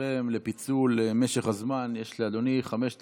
לבקשתכם פוצל משך הזמן, יש לאדוני חמש דקות,